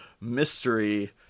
mystery